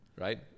Right